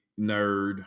nerd